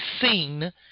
seen